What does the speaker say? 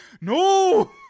no